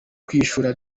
kwishyura